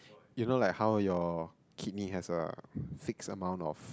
you know like how your kidney have a six amount of